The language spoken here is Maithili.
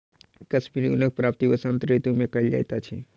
कश्मीरी ऊनक प्राप्ति वसंत ऋतू मे कयल जाइत अछि